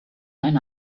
eine